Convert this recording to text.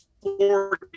four